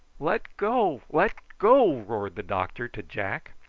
let go! let go! roared the doctor to jack.